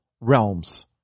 realms